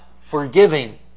forgiving